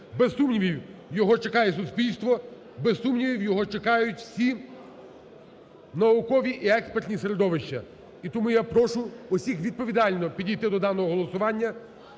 Без сумніву, його чекає суспільство, без сумніву, його чекають усі наукові і експертні середовища. І тому я прошу всіх відповідально підійти до даного голосування,